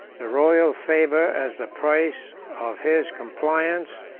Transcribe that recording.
the royal favor as the price of his compliance,